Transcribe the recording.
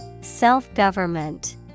Self-government